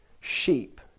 sheep